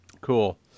Cool